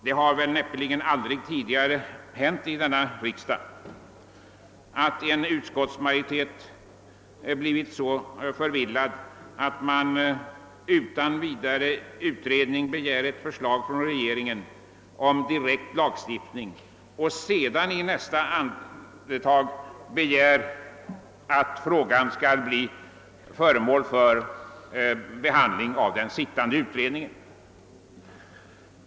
Det har väl näppeligen hänt tidigare här i riksdagen att en utskottsmajoritet blivit så förvillad att den utan vidare utredning begär ett förslag från regeringen om direkt lagstiftning och i nästa andetag begär att frågan skall bli föremål för behandling av den sittande utredningen.